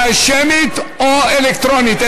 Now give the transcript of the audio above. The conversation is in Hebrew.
שמית או אלקטרונית?